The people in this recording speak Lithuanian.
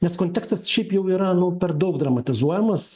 nes kontekstas šiaip jau yra nu per daug dramatizuojamas